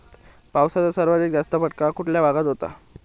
पावसाचा सर्वाधिक जास्त फटका कुठल्या भागात होतो?